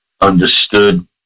understood